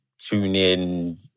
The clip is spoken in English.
TuneIn